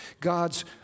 God's